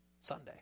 Sunday